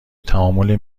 تعامل